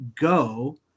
go